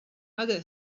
other